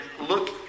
look